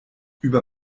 über